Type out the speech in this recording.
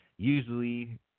Usually